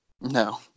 No